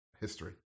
history